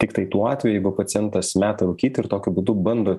tiktai tuo atveju jeigu pacientas meta rūkyti ir tokiu būdu bando